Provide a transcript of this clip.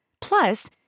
Plus